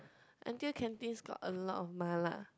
N_T_U canteens got a lot of mala